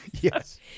Yes